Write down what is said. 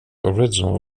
original